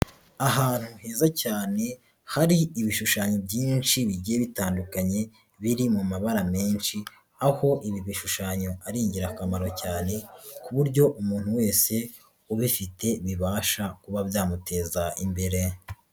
Ahantu heza cyane hari ibishushanyo byinshi bigiye bitandukanye biri mu mabara menshi, aho ibi bishushanyo ari ingirakamaro cyane, ku buryo umuntu wese ubifite bibasha kuba byamuteza imbere.